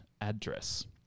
address